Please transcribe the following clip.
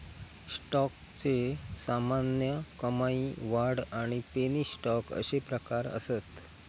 स्टॉकचे सामान्य, कमाई, वाढ आणि पेनी स्टॉक अशे प्रकार असत